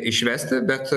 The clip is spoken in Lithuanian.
išvesti bet